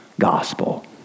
gospel